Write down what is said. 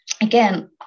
again